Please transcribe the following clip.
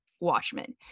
Watchmen